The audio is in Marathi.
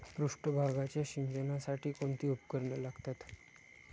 पृष्ठभागाच्या सिंचनासाठी कोणती उपकरणे लागतात?